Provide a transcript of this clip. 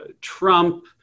Trump